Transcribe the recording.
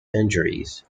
injuries